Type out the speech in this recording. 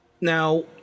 Now